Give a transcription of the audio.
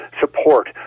support